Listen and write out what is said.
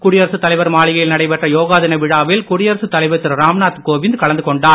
குடியரசு தலைவர் மாளிகையில் நடைபெற்ற யோகா தின விழாவில் குடியரசு தலைவர் திரு ராம்நாத் கோவிந்த் கலந்து கொண்டார்